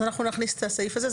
אז נכניס את הסעיף הזה.